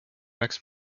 next